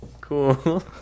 cool